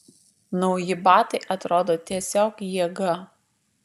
nauji batai atrodo tiesiog jėga